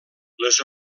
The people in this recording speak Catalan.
les